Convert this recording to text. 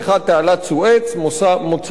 מוצא לים-סוף ולאוקיינוס ההודי,